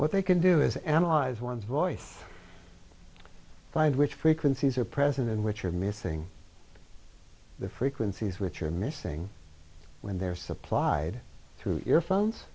what they can do is analyze one's voice find which frequencies are present in which are missing the frequencies which are missing when they're supplied through earphones